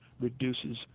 reduces